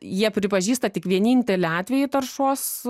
jie pripažįsta tik vienintelį atvejį taršos